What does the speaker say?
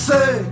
Say